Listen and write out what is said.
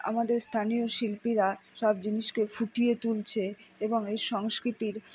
আমাদের স্থানীয় শিল্পীরা সব জিনিসকে ফুটিয়ে তুলছে এবং এই সংস্কৃতির